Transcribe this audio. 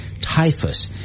typhus